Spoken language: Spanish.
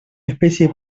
especie